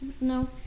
No